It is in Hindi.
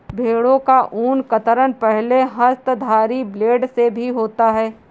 भेड़ों का ऊन कतरन पहले हस्तधारी ब्लेड से भी होता है